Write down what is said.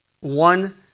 one